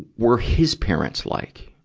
were his parents like?